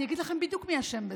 אני אגיד לכם בדיוק מי אשם בזה.